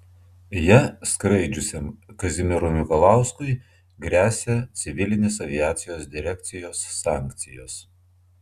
ja skraidžiusiam kazimierui mikalauskui gresia civilinės aviacijos direkcijos sankcijos